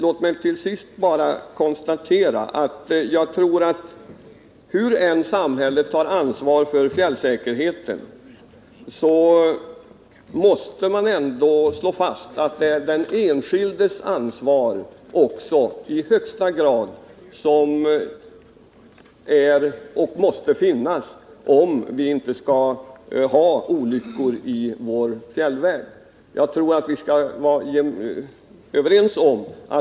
Låt mig till sist slå fast att hur mycket samhället än tar ansvar för fjällsäkerheten måste också den enskilde ta sin del av ansvaret om vi skall kunna und vika olyckor i vår fjällvärld.